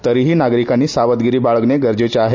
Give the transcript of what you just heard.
तरीही नागरिकांनी सावधगिरी बाळगणे गरजेचे आहे